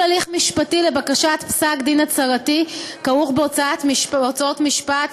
הליך משפטי לבקשת פסק-דין הצהרתי כרוך בהוצאות משפט